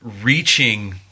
reaching